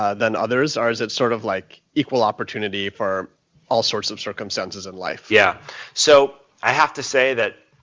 ah than others, or is it sort of like equal opportunity for all sorts of circumstances in life? eric yeah so i have to say that,